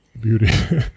beauty